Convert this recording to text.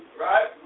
Right